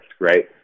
right